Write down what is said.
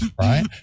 right